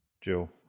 Jill